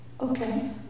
Okay